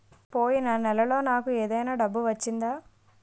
పోయిన నెలలో నాకు ఏదైనా డబ్బు వచ్చిందా?